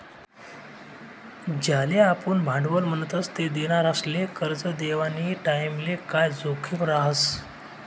ज्याले आपुन भांडवल म्हणतस ते देनारासले करजं देवानी टाईमले काय जोखीम रहास